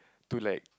to like